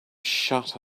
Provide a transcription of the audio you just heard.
shut